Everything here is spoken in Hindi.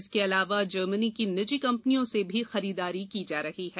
इसके अलावा जर्मनी की निजी कंपनियों से भी खरीदारी की जा रही है